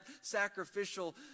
sacrificial